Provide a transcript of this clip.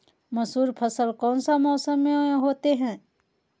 मसूर फसल कौन सा मौसम में होते हैं?